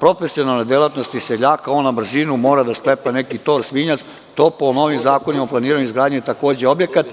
profesionalne delatnosti seljaka, jer on na brzinu treba da sklepa neki tor, svinjac, a to po novom zakonu o planiranju i izgradnji, takođe je objekat.